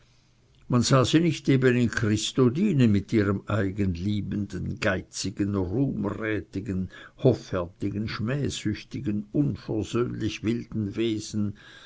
man sah sie eben nicht christo dienen mit ihrem eigenliebenden geizigen rühmrätigen hoffärtigen schmähsüchtigen unversöhnlich wilden wesen